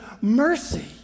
mercy